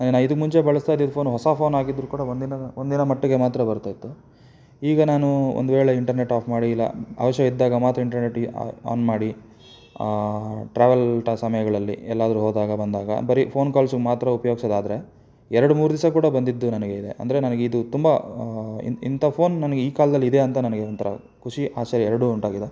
ನಾ ಇದಕ್ಕೆ ಮುಂಚೆ ಬಳಸ್ತಾ ಇದ್ದಿದ್ದು ಫೋನು ಹೊಸ ಫೋನ್ ಆಗಿದ್ದರೂ ಕೂಡ ಒಂದು ದಿನದ ಒಂದು ದಿನ ಮಟ್ಟಿಗೆ ಮಾತ್ರ ಬರ್ತಾ ಇತ್ತು ಈಗ ನಾನು ಒಂದುವೇಳೆ ಇಂಟರ್ನೆಟ್ ಆಫ್ ಮಾಡಿ ಇಲ್ಲ ಅವಶ್ಯವಿದ್ದಾಗ ಮಾತ್ರ ಇಂಟರ್ನೆಟ್ಟಿಗೆ ಆನ್ ಮಾಡಿ ಟ್ರಾವೆಲ್ ಟ ಸಮಯಗಳಲ್ಲಿ ಎಲ್ಲಾದರೂ ಹೋದಾಗ ಬಂದಾಗ ಬರೀ ಫೋನ್ ಕಾಲ್ಸು ಮಾತ್ರ ಉಪಯೋಗ್ಸೋದಾದ್ರೆ ಎರಡು ಮೂರು ದಿವಸ ಕೂಡ ಬಂದಿದ್ದು ನನಗೆ ಇದೆ ಅಂದರೆ ನನಗ್ ಇದು ತುಂಬ ಇಂಥ ಫೋನ್ ನನಗ್ ಈ ಕಾಲ್ದಲ್ಲಿ ಇದೆ ಅಂತ ನನಗೆ ಒಂಥರ ಖುಷಿ ಆಶ್ಚರ್ಯ ಎರಡೂ ಉಂಟಾಗಿದೆ